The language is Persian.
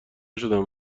شدم